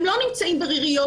הם לא נמצאים בריריות,